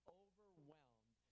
overwhelmed